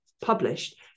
published